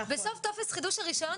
אבל צריך לזכור מאחורה איפה נשמר הדטה,